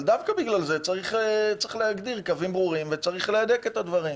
אבל דווקא בגלל זה צריך להגדיר קווים ברורים וצריך להדק את הדברים.